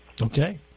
Okay